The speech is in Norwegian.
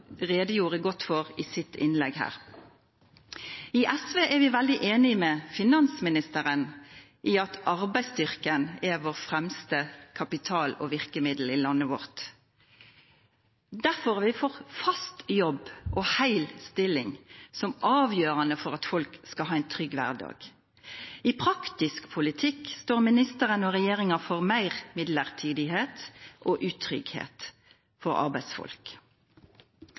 redegjorde godt for i sitt innlegg her. I SV er vi veldig enig med finansministeren i at arbeidsstyrken er vår fremste kapital og vårt fremste virkemiddel i landet vårt. Derfor er vi for fast jobb og hel stilling; det er avgjørende for at folk skal ha en trygg hverdag. I praktisk politikk står ministeren og regjeringen for mer midlertidighet og utrygghet for arbeidsfolk.